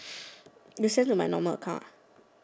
the sense of my normal account ah